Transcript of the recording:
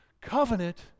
Covenant